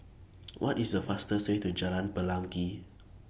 What IS The fastest Way to Jalan Pelangi